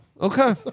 Okay